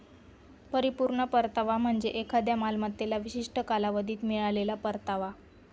परिपूर्ण परतावा म्हणजे एखाद्या मालमत्तेला विशिष्ट कालावधीत मिळालेला परतावा